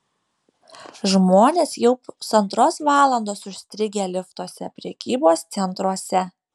žmonės jau pusantros valandos užstrigę liftuose prekybos centruose